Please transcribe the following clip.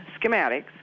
schematics